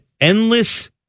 endless